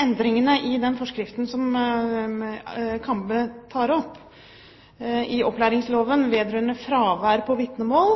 endringene i den forskriften som representanten Kambe tar opp i opplæringsloven vedrørende fravær på vitnemål,